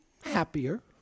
happier